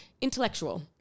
intellectual